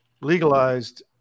legalized